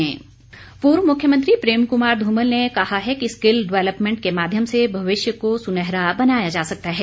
धमल पूर्व मुख्यमंत्री प्रेम कुमार धूमल ने कहा है कि स्किल डेवलपमेंट के माध्यम से भविष्य को सुनहरा बनाया जा सकता है